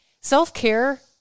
Self-care